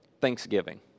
thanksgiving